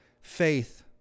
faith